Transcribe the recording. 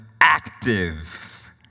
active